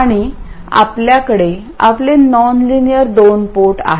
आणि आपल्याकडे आपले नॉनलिनियर दोन पोर्ट आहे